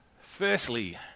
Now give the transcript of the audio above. firstly